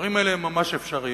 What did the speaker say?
הדברים האלה הם ממש אפשריים,